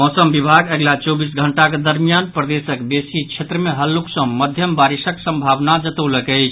मौसम विभाग अगिला चौबीस घंटाक दरमियान प्रदेशक बेसी क्षेत्र मे हल्लुक सँ मध्यम बारिशक संभावना जतौलक अछि